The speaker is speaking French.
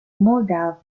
moldave